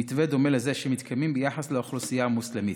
במתווה דומה לזה שמתקיים ביחס לאוכלוסייה המוסלמית.